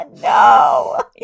No